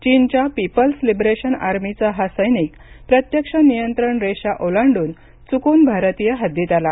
चीनच्या People's Liberation आर्मीचा हा सैनिक प्रत्यक्ष नियंत्रण रेषा ओलांडून चुकून भारतीय हद्दीत आला